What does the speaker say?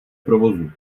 provozu